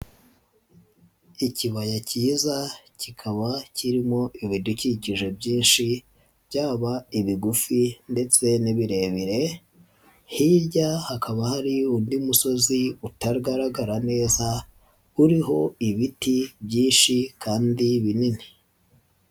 Ikibaya kiza kikaba kirimo ibidukikije byinshi, byaba ibigufi ndetse n'ibirebire, hirya hakaba hari undi musozi utagaragara neza, uriho ibiti byinshi kandi binini.